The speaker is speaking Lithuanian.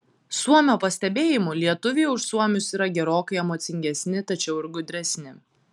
suomio pastebėjimu lietuviai už suomius yra gerokai emocingesni tačiau ir gudresni